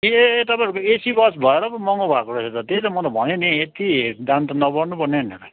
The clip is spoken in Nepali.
ए तपाईँहरूको एसी बस भएर पो महँगो भएको रहेछ त त्यही त म त भनेँ नि यति दाम त नबढ्नु पर्ने भनेर